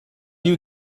you